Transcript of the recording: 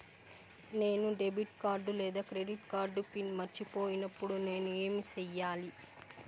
నేను debit card లేదా credit card PIN మర్చిపోయినప్పుడు నేను ఏమి సెయ్యాలి?